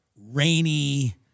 rainy